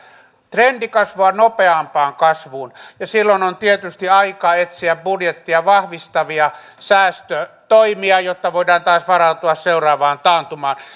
trendikasvua nopeampaan kasvuun ja silloin on tietysti aika etsiä budjettia vahvistavia säästötoimia jotta voidaan taas varautua seuraavaan taantumaan